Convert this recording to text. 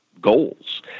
goals